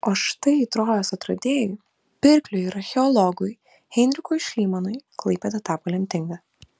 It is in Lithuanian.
o štai trojos atradėjui pirkliui ir archeologui heinrichui šlymanui klaipėda tapo lemtinga